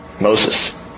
Moses